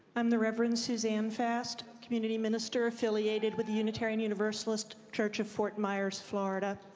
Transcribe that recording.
i'm the reverend susan fast, community minister affiliated with the unitarian universalist church of fort myers, florida,